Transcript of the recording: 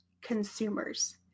consumers